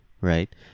right